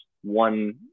one